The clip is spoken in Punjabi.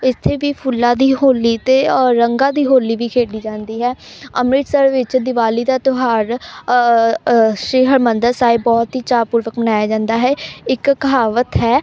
ਇੱਥੇ ਵੀ ਫੁੱਲਾਂ ਦੀ ਹੋਲੀ ਅਤੇ ਅ ਰੰਗਾਂ ਦੀ ਹੋਲੀ ਵੀ ਖੇਡੀ ਜਾਂਦੀ ਹੈ ਅੰਮ੍ਰਿਤਸਰ ਵਿੱਚ ਦਿਵਾਲੀ ਦਾ ਤਿਉਹਾਰ ਸ਼੍ਰੀ ਹਰਿਮੰਦਰ ਸਾਹਿਬ ਬਹੁਤ ਹੀ ਚਾਅਪੂਰਵਕ ਮਨਾਇਆ ਜਾਂਦਾ ਹੈ ਇੱਕ ਕਹਾਵਤ ਹੈ